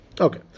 okay